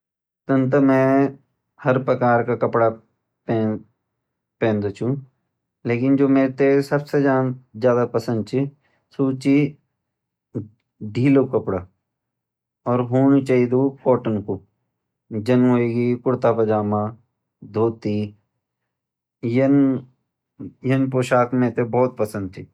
तन ता मैं हर प्रकार का कपड़ा पहेंदू छू लेकिन जो मेते सबसे जदा पसंद छ सू छ ढीलू कपड़ा और होनू चहीदू कॉटन का जान हुएगी कुर्ता पजामा धोती यान पोशाक मेते बहुत पसंद छ।